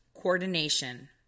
coordination